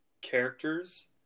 characters